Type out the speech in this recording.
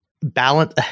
balance